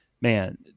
man